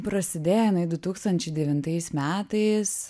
prasidėjo jinai du tūkstančiai devintais metais